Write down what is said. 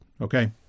Okay